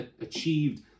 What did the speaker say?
achieved